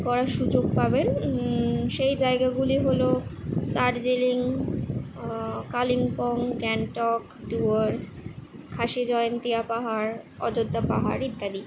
করার সুযোগ পাবেন সেই জায়গাগুলি হলো দার্জিলিং কালিম্পং গ্যাংটক ডুয়ার্স খাসি জয়ন্তিয়া পাহাড় অযোধ্যা পাহাড় ইত্যাদি